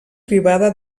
privada